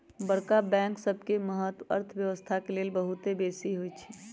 बड़का बैंक सबके महत्त अर्थव्यवस्था के लेल बहुत बेशी होइ छइ